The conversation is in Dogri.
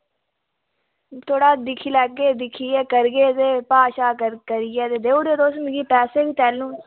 ते थोह्ड़ा दिक्खी लैगे ते दिक्खियै करगे ते भाव करियै ते देई ओड़ेओ तुस मिगी पैसे बी तैलूं